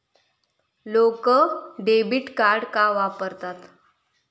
लोक debit card का वापरतात?